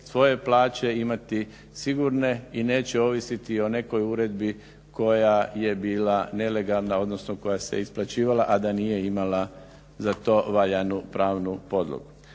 svoje plaće imati sigurne i neće ovisiti o nekoj uredbi koja je bila nelegalna, odnosno koja se isplaćivala a da nije imala za to valjanu pravnu podlogu.